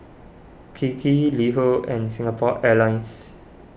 Kiki LiHo and Singapore Airlines